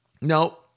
No